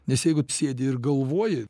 nes jeigu sėdi ir galvoji